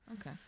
Okay